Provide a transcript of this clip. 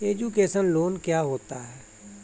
Education loan क्या होता है?